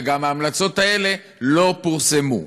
וגם ההמלצות האלה לא פורסמו,